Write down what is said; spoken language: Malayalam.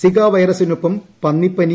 സികാ വൈറസിനൊപ്പം പന്നിപ്പനി